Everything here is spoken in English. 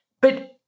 But-